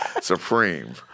Supreme